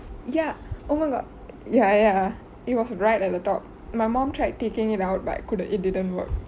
ya oh my god ya ya it was right at the top my mom tried taking it out but couldn't it didn't work